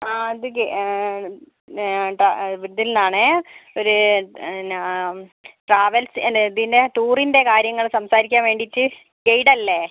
ആ ഇത് ഗെ പിന്നെ ട ഇതിൽ നിന്നാണേ ഒരു പിന്നെ ട്രാവൽസ് ഇതിൻ്റെ ടൂറിൻ്റെ കാര്യങ്ങൾ സംസാരിക്കാൻ വേണ്ടിയിട്ട് ഗൈഡ് അല്ലേ